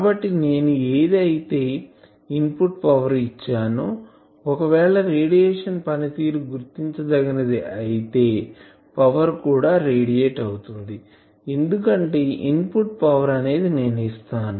కాబట్టి నేను ఏది అయితే ఇన్పుట్ పవర్ ఇచ్చానో ఒకవేళ రేడియేషన్ పనితీరు గుర్తించదగినిది అయితే పవర్ కూడా రేడియేట్ అవుతుంది ఎందుకంటే ఇన్పుట్ పవర్ అనేది నేను ఇస్తాను